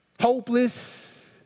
hopeless